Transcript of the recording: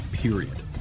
Period